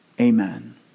Amen